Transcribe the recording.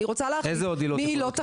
אני רוצה להחליט מעילות אחרות.